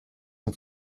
uns